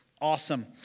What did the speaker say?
awesome